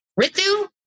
Ritu